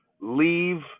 leave